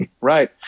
Right